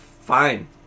Fine